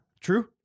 True